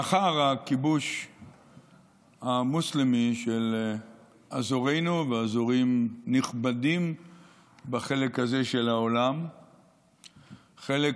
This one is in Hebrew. לאחר הכיבוש המוסלמי של אזורנו ואזורים נכבדים בחלק הזה של העולם חלק